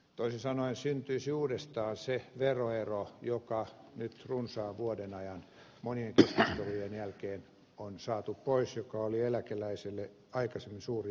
toisin sanoen syntyisi uudestaan se veroero joka nyt runsaan vuoden ajan monien keskustelujen jälkeen on saatu pois ja joka oli eläkeläiselle aikaisemmin suuri ongelma